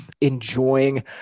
Enjoying